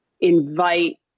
invite